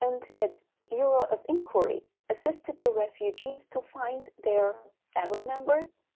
and it's bureau of inquiry assisted the refugees to find their family members,